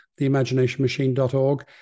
theimaginationmachine.org